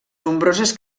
nombroses